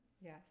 Yes